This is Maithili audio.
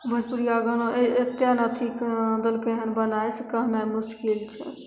भोजपुरिया गाना एते ने अथी कऽ देलकै हन बनाए से कहनाए मुश्किल छै